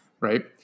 right